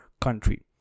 country